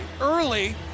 Early